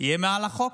יהיו מעל החוק.